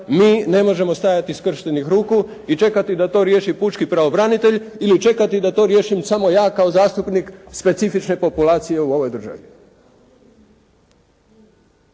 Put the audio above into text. mi, ne možemo stajati skrštenih ruku i čekati da to riješi pučki pravobranitelj ili čekati da to riješim samo ja kao zastupnik specifične populacije u ovoj državi.